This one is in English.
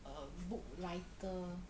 a book writer